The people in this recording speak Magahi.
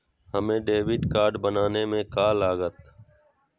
हमें डेबिट कार्ड बनाने में का लागत?